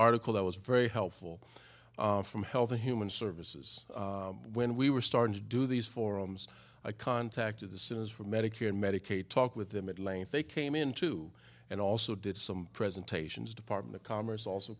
article that was very helpful from health and human services when we were starting to do these forums i contacted the centers for medicare and medicaid talk with them at length they came into and also did some presentations department of commerce also